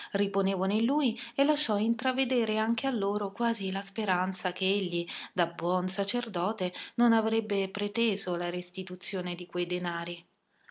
altri riponevano in lui e lasciò intravedere anche a loro quasi la speranza che egli da buon sacerdote non avrebbe preteso la restituzione di quei denari